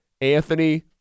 Anthony